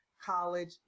college